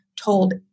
told